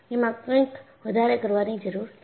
એમાં કંઈક વધારે કરવાની જરૂર છે